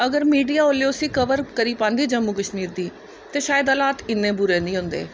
अगर मिडिया उसी कबर करी पांदी जम्मू कश्मीर दी ते शायद हालात इ'ने बुरे नीं होंदे